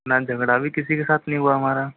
ना झगड़ा भी किसी के साथ नहीं हुआ हमारा